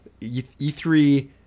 E3